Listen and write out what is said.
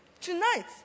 Tonight